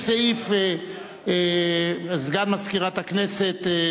סגן מזכירת הכנסת,